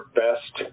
best